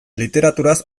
literaturaz